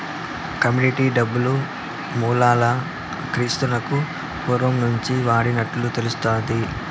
commodity డబ్బు మూలాలు క్రీస్తునకు పూర్వం నుంచే వాడినట్లు తెలుస్తాది